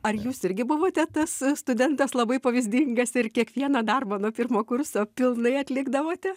ar jūs irgi buvote tas studentas labai pavyzdingas ir kiekvieną darbą nuo pirmo kurso pilnai atlikdavote